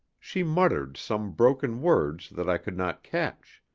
she muttered some broken words that i could not catch.